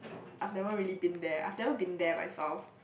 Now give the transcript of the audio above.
I've never really been there I've never been there myself